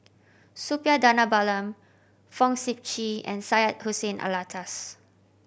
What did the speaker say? Suppiah Dhanabalan Fong Sip Chee and Syed Hussein Alatas